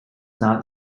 not